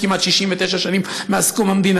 כמעט 69 שנים מאז קום המדינה,